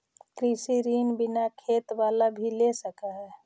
कृषि ऋण बिना खेत बाला भी ले सक है?